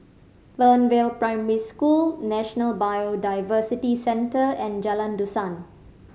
Fernvale Primary School National Biodiversity Centre and Jalan Dusan